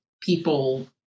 people